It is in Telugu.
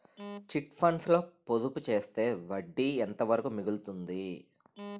చిట్ ఫండ్స్ లో పొదుపు చేస్తే వడ్డీ ఎంత వరకు మిగులుతుంది?